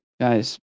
Guys